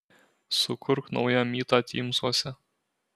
sukurk naują mytą tymsuose